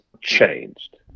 changed